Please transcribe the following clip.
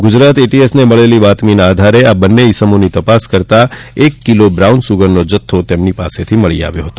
ગુજરાત એટીએસને મળેલી બાતમીના આધારે આ બંને ઇસમોની તપાસ કરતાં એક કિલો બ્રાઉન સુગરનો જથ્થો મળી આવ્યો હતો